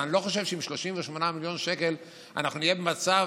אבל אני לא חושב שעם 38 מיליון שקל אנחנו במצב